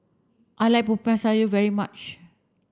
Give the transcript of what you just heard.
I like Popiah Sayur very much